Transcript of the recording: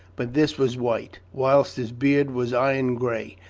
but this was white, whilst his beard was iron grey,